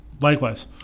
Likewise